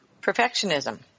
perfectionism